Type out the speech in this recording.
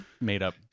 made-up